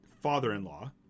father-in-law